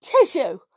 tissue